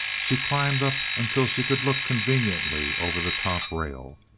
she climbed up until she could look conveniently over the top rail.